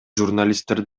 журналисттер